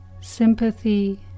Sympathy